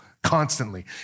constantly